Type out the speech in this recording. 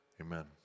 amen